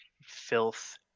filth